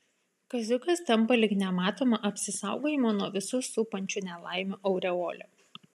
kaziukas tampa lyg nematoma apsisaugojimo nuo visų supančių nelaimių aureole